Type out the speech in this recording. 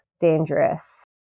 dangerous